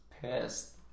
pissed